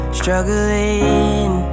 struggling